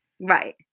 Right